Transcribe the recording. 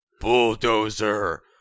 Bulldozer